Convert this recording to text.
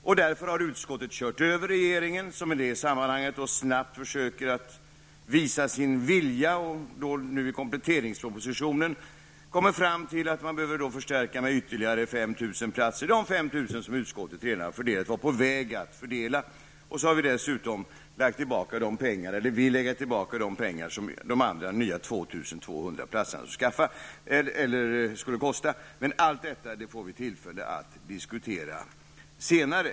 Utskottet har därför kört över regeringen som i detta sammanhang snabbt försöker visa sin vilja och nu i kompletteringspropositionen kommer fram till att man behöver förstärka med ytterligare 5 000 platser -- de 5 000 platser som utskottet redan var på väg att fördela. Dessutom vill vi lägga tillbaka de pengar som de nya 2 200 platserna skulle kosta. Men allt detta får vi tillfälle att diskutera senare.